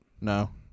No